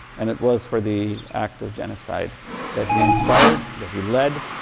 and it was for the active genocide that he inspired, that he led,